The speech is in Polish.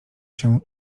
się